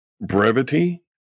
brevity